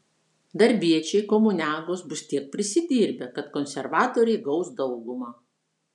darbiečiai komuniagos bus tiek prisidirbę kad konservatoriai gaus daugumą